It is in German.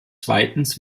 zweitens